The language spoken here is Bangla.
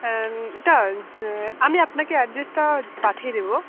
হ্যাঁ এটা আমি আপনাকে অ্যাড্রেসটা পাঠিয়ে দেবো